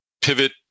pivot